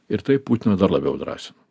ir tai putiną dar labiau drąsina